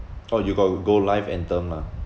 oh you got go life and term lah